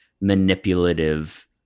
manipulative